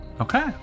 Okay